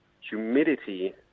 humidity